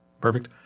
Perfect